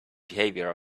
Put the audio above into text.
behavior